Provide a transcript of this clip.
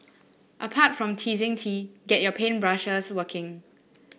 apart from teasing tea get your paint brushes working